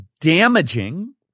damaging